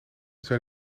zijn